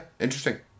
interesting